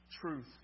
truth